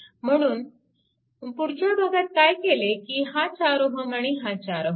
म्हणून पुढच्या भागात काय केले की हा 4Ω आणि हा 4Ω